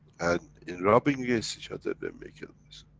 and in rubbing against each other, they make a noise.